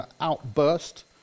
outburst